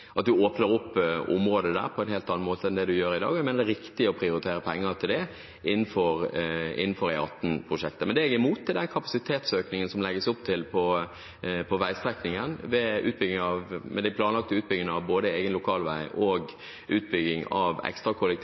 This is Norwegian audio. åpner opp området på en helt annen måte enn slik det er i dag. Jeg mener det er riktig å prioritere penger til det innenfor E18-prosjektet. Men det jeg er imot, er den kapasitetsøkningen som det legges opp til på veistrekningen ved den planlagte utbyggingen av både egen lokalvei og